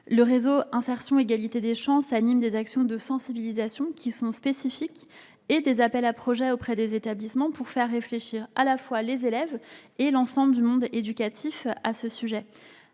Le réseau Insertion-égalité des chances anime des actions de sensibilisation spécifiques et des appels à projets auprès des établissements, pour faire réfléchir à la fois les élèves et l'ensemble du monde éducatif à ce sujet.